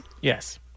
Yes